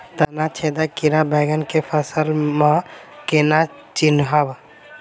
तना छेदक कीड़ा बैंगन केँ फसल म केना चिनहब?